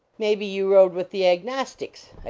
may be you rode with the agnostics?